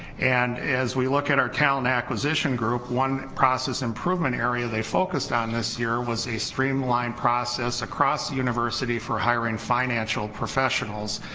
and as we look at our talent acquisition group one process improvement area they focused on this year was a streamlined process across university for hiring financial profession,